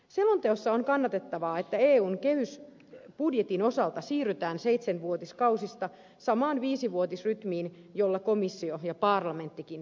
selonteossa on kannatettavaa että eun kehysbudjetin osalta siirrytään seitsenvuotiskausista samaan viisivuotisrytmiin jolla komissio ja parlamenttikin toimivat